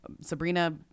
Sabrina